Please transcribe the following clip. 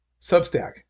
Substack